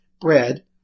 bread